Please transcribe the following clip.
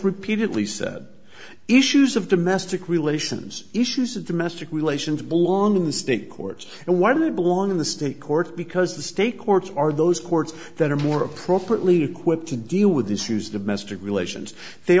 repeatedly said issues of domestic relations issues of domestic relations belong in the state courts and why not belong in the state court because the state courts are those courts that are more appropriately quick to deal with these issues domestic relations they